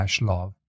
love